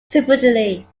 separately